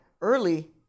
early